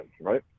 right